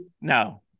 No